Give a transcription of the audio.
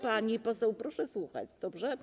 Pani poseł, proszę słuchać, dobrze?